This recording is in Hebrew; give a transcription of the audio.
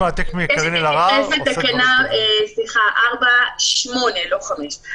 מתייחסת לתקנה 4(8) לא (5)